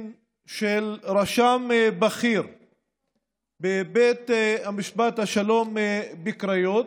של רשם בכיר בבית משפט השלום בקריות,